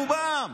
רובם.